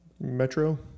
Metro